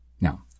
Now